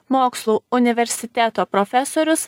mokslų universiteto profesorius